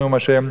נאום ה',